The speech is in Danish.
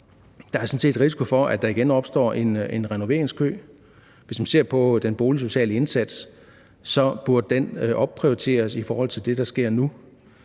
Der er sådan set risiko for, at der igen opstår en renoveringskø. Hvis man ser på den boligsociale indsats, burde den opprioriteres i forhold til det, der sker nu.